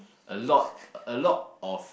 a lot a lot of